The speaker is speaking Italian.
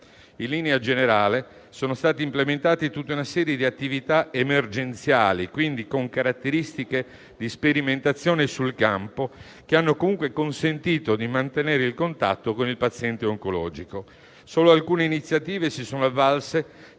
In linea generale, sono state implementate tutta una serie di attività emergenziali, quindi con caratteristiche di sperimentazione sul campo, che hanno comunque consentito di mantenere il contatto con il paziente oncologico. Solo alcune iniziative si sono avvalse